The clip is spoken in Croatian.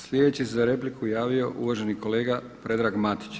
Sljedeći se za repliku javio uvaženi kolega Predrag Marić.